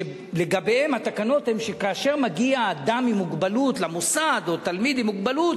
שלגביהם התקנות הן שכאשר מגיע למוסד אדם או תלמיד עם מוגבלות,